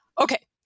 Okay